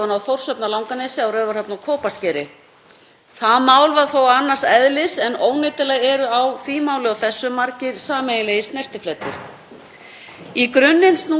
Í grunninn snýst þessi fyrirspurn nú og þá um hagsmuni bifreiðaeiganda á landsbyggðinni sem þurfa að sækja skoðun á þjónustu um langan veg. Þetta á ekki síst við um bændur